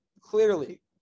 clearly